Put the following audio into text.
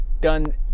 done